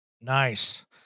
Nice